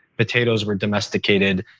potatoes were domesticated.